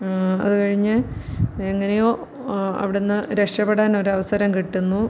അത് കഴിഞ്ഞ് എങ്ങനെയോ അവിടുന്ന് രക്ഷപ്പെടാനൊരവസരം കിട്ടുന്നു